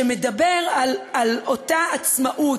שמדבר על אותה עצמאות,